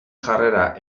jarrera